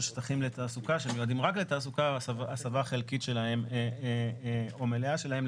מעונות לתלמידים או בית דיור מוגן,